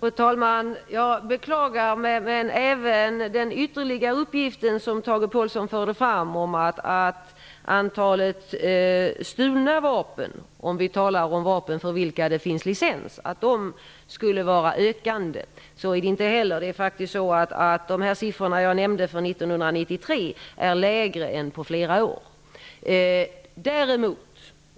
Fru talman! Jag beklagar, men även den ytterligare uppgift som Tage Påhlsson förde fram om att antalet stulna vapen -- om vi talar om vapen för vilka det finns licens -- skulle öka är felaktig. De siffror som jag nämnde för 1993 är lägre än på flera år. Däremot